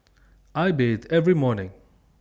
I bathe every morning